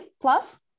plus